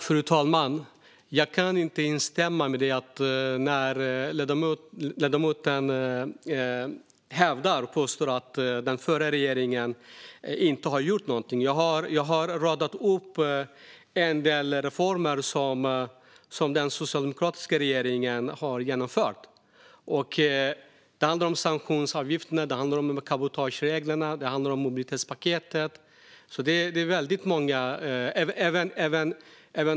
Fru talman! Jag kan inte instämma när ledamoten påstår att den förra regeringen inte har gjort någonting. Jag har radat upp en del reformer som den socialdemokratiska regeringen genomförde. Det handlar om sanktionsavgifterna, cabotagereglerna och mobilitetspaketet.